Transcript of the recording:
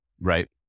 Right